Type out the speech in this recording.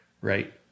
Right